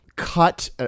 cut